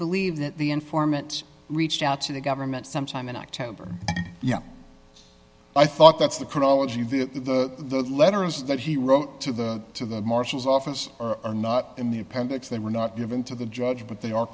believe that the informant reached out to the government sometime in october yeah i thought that's the chronology of it that the letter is that he wrote to the to the marshal's office are not in the appendix they were not given to the judge but they are